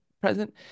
present